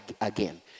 again